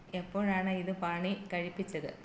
എപ്പോഴാണ് ഇത് പണി കഴിപ്പിച്ചത്